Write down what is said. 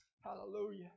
Hallelujah